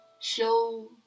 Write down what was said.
show